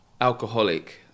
alcoholic